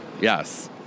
yes